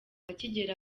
akigera